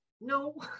no